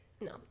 no